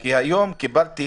כי היום קיבלתי